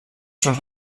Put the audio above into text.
schon